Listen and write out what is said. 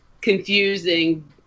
confusing